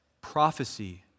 prophecy